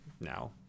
now